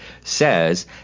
says